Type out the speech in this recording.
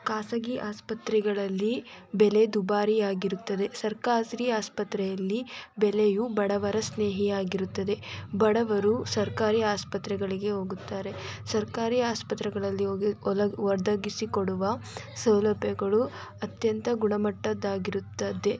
ಖಾಸಗಿ ಆಸ್ಪತ್ರೆಗಳಲ್ಲಿ ಬೆಲೆ ದುಬಾರಿ ಆಗಿರುತ್ತದೆ ಸರ್ಕಾರಿ ಆಸ್ಪತ್ರೆಯಲ್ಲಿ ಬೆಲೆಯು ಬಡವರ ಸ್ನೇಹಿಯಾಗಿರುತ್ತದೆ ಬಡವರು ಸರ್ಕಾರಿ ಆಸ್ಪತ್ರೆಗಳಿಗೆ ಹೋಗುತ್ತಾರೆ ಸರ್ಕಾರಿ ಆಸ್ಪತ್ರೆಗಳಲ್ಲಿ ಒದಗಿಸಿ ಕೊಡುವ ಸೌಲಭ್ಯಗಳು ಅತ್ಯಂತ ಗುಣಮಟ್ಟದ್ದಾಗಿರುತ್ತದೆ